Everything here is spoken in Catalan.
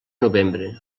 novembre